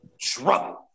trouble